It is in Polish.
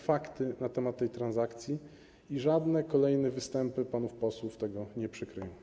Takie są fakty na temat tej transakcji i żadne kolejne występy panów posłów tego nie przykryją.